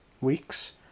weeks